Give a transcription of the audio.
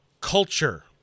culture